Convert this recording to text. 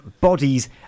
bodies